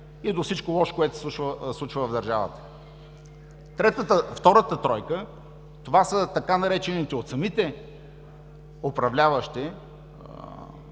и до всичко лошо, което се случва в държавата. Втората тройка са така наречените от самите управляващи,